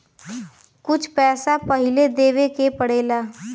कुछ पैसा पहिले देवे के पड़ेला